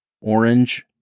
orange